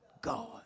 God